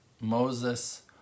Moses